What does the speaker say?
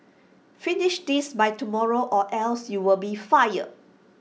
finish this by tomorrow or else you'll be fired